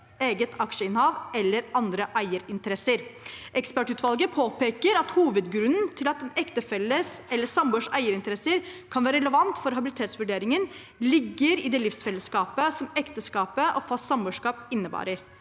eget aksjeinnehav eller andre eierinteresser». Ekspertutvalget påpeker at hovedgrunnen til at en ektefelles eller samboers eierinteresser kan være relevant for habilitetsvurderingen, ligger i det livsfellesskapet som ekteskap og fast samboerskap innebærer.